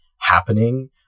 happening